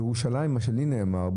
מה שלי נאמר,